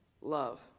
love